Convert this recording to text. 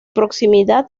proximidad